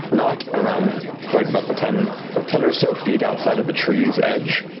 nott, around like about the ten ten or so feet outside of the tree's edge,